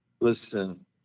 Listen